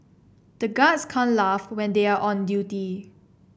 the guards can't laugh when they are on duty